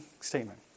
statement